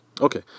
Okay